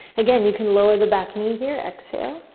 again, you can lower the back knee here, exhale,